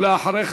אחריך,